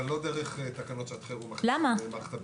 אבל לא דרך תקנות שעת חירום במערכת הבריאות.